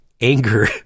anger